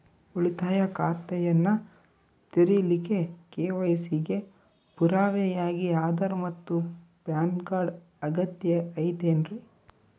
ಉಳಿತಾಯ ಖಾತೆಯನ್ನ ತೆರಿಲಿಕ್ಕೆ ಕೆ.ವೈ.ಸಿ ಗೆ ಪುರಾವೆಯಾಗಿ ಆಧಾರ್ ಮತ್ತು ಪ್ಯಾನ್ ಕಾರ್ಡ್ ಅಗತ್ಯ ಐತೇನ್ರಿ?